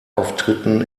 auftritten